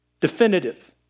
Definitive